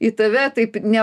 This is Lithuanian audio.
į tave taip ne